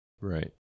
Right